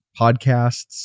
podcasts